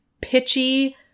pitchy